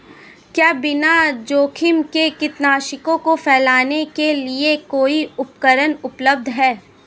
क्या बिना जोखिम के कीटनाशकों को फैलाने के लिए कोई उपकरण उपलब्ध है?